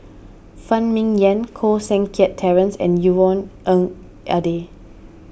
Phan Ming Yen Koh Seng Kiat Terence and Yvonne Ng Uhde